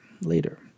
later